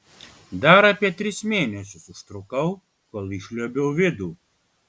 dar apie tris mėnesius užtrukau kol išliuobiau vidų